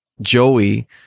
Joey